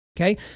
okay